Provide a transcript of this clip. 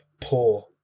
poor